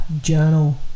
journal